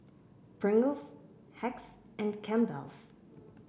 Pringles Hacks and Campbell's